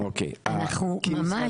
אנחנו ממש --- אוקי,